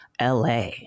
LA